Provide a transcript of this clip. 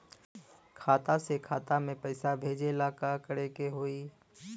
खाता से खाता मे पैसा भेजे ला का करे के होई?